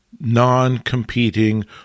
non-competing